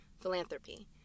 philanthropy